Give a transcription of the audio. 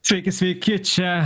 sveiki sveiki čia